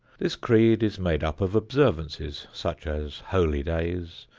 this creed is made up of observances, such as holy days,